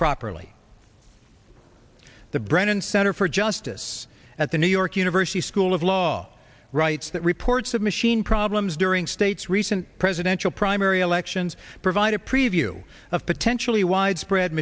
properly the brennan center for justice at the new york university school of law writes that reports of machine problems during state's recent presidential primary elections provide a preview of potentially widespread